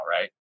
right